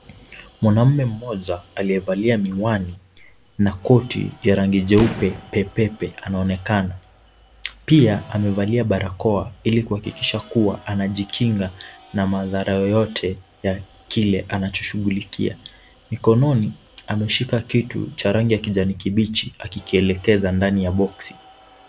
Mwanamume mmoja aliyevalia miwani na koti ya rangi jeupe pepepe anaonekana. Pia amevalia barakoa ili kuhakikisha kuwa ana jikinga na madhara yoyote ya kile anachoshughulikia. Mikononi ameshika kitu cha rangi ya kijani kibichi akikielekeza ndani ya boksi.